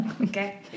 Okay